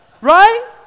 Right